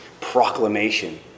proclamation